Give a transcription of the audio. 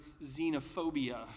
xenophobia